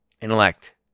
intellect